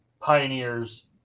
pioneers